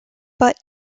but